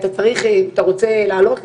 אם אתה רוצה לעלות,